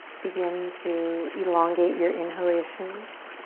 begin to elongate your inhalations